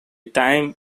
time